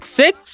six